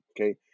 okay